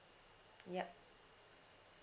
ya